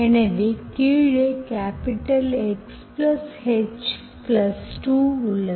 எனவே கீழே கேப்பிடல் Xh2உள்ளது